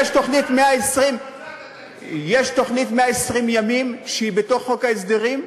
יש התוכנית של "צוות 120 הימים" שהיא בתוך חוק ההסדרים,